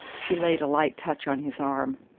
she laid a light touch on his arm.